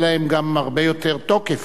ויהיה להם גם הרבה יותר תוקף,